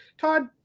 Todd